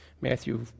Matthew